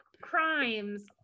crimes